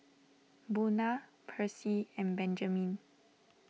Buna Percy and Benjamin